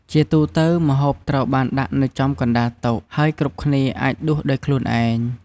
ជាទូទៅ ម្ហូបត្រូវបានដាក់នៅចំកណ្ដាលតុ ហើយគ្រប់គ្នាអាចដួសដោយខ្លួនឯង។